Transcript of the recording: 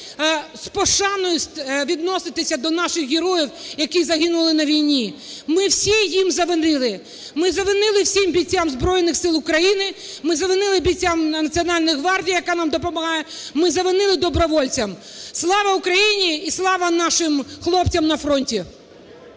з пошаною відноситися до наших героїв, які загинули на війні. Ми всі їм завинили. Ми завинили всім бійцям Збройних Сил України. Ми завинили бійцям Національної гвардії, яка нам допомагає. Ми завинили добровольцям. Слава Україні і слава нашим хлопцям на фронті!